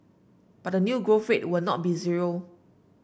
but the new growth rate will not be zero